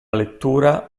lettura